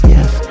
Yes